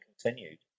continued